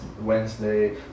Wednesday